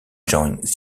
joined